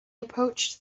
approached